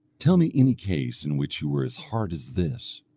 tell me any case in which you were as hard as this,